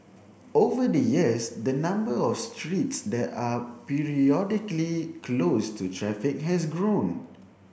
over the years the number of streets that are periodically closed to traffic has grown